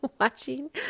watching